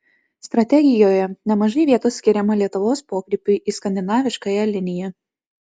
strategijoje nemažai vietos skiriama lietuvos pokrypiui į skandinaviškąją liniją